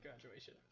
graduation